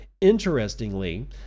Interestingly